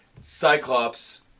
Cyclops